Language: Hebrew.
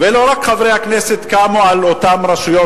ולא רק חברי הכנסת קמו על אותן רשויות